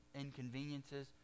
inconveniences